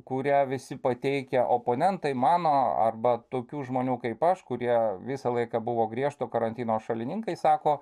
kurią visi pateikia oponentai mano arba tokių žmonių kaip aš kurie visą laiką buvo griežto karantino šalininkai sako